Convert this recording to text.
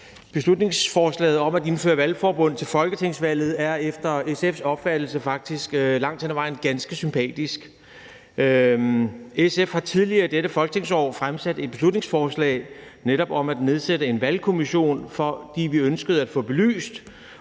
Beslutningsforslaget om at indføre valgforbund til folketingsvalget er efter SF's opfattelse faktisk langt hen ad vejen ganske sympatisk. SF har tidligere i dette folketingsår fremsat et beslutningsforslag netop om at nedsætte en valgkommission, fordi vi ønsker at få belyst,